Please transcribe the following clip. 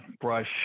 brush